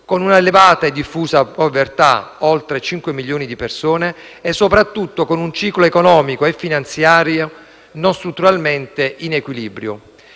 con una elevata e diffusa povertà - oltre 5 milioni di persone - e soprattutto con un ciclo economico e finanziario non strutturalmente in equilibrio.